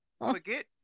forget